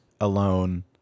alone